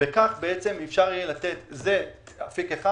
זה אפיק אחד.